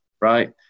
Right